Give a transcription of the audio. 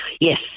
Yes